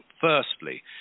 Firstly